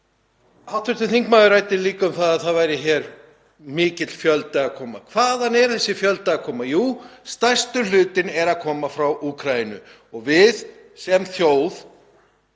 lagi. Hv. þingmaður ræddi líka um að hér væri mikill fjöldi að koma. Hvaðan er þessi fjölda koma? Jú, stærsti hlutinn er að koma frá Úkraínu og við sem þjóð,